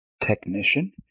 technician